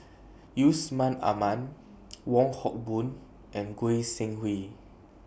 Yusman Aman Wong Hock Boon and Goi Seng Hui